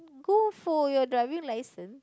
go for your driving license